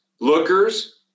Lookers